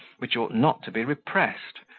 which ought not to be repressed,